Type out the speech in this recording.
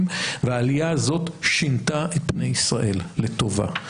והעלייה הזאת שינתה את פני ישראל לטובה.